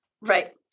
right